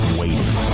waiting